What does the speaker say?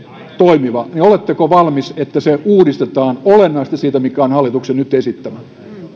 toimiva niin oletteko valmis että se uudistetaan olennaisesti siitä mikä on hallituksen nyt esittämä